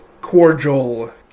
cordial